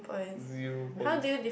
zero points